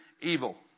evil